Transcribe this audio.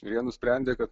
jie nusprendė kad